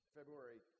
February